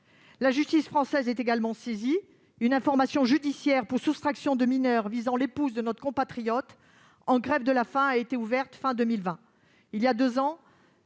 La justice française est également saisie. Une information judiciaire pour soustraction de mineurs visant l'épouse de notre compatriote en grève de la faim a été ouverte à la